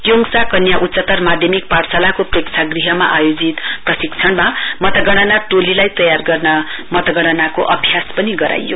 क्योङसा कन्या उच्चतर माध्यमिक पाठशालाको प्रेक्षागृहमा आयोजित प्रशिक्षणमा मतगणना टोलीलाई तयार गर्ने मतगणनाको अभ्यास पनि गराइयो